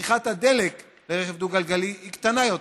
צריכת הדלק של רכב דו-גלגלי קטנה יותר,